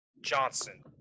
Johnson